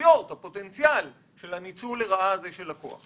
האפשרויות ואת הפוטנציאל של הניצול לרעה הזה של הכוח.